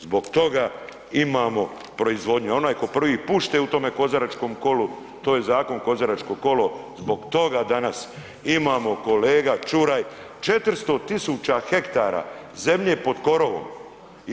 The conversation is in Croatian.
Zbog toga imamo proizvodnju, onaj ko prvi pušte u tome kozaračkom kolu, to je zakon kozaračko kolo, zbog toga danas imamo kolega Čuraj 400 000 hektara zemlje pod korovom i 2/